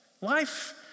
Life